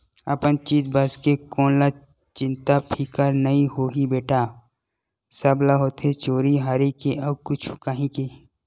अपन चीज बस के कोन ल चिंता फिकर नइ होही बेटा, सब ल होथे चोरी हारी के अउ कुछु काही के